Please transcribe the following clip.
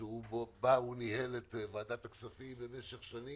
שבה הוא ניהל את ועדת הכספים במשך שנים,